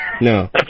no